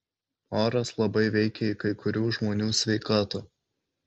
oras labai veikia į kai kurių žmonių sveikatą